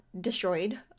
destroyed